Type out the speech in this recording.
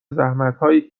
زحمتایی